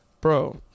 bro